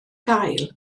gael